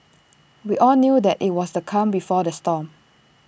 we all knew that IT was the calm before the storm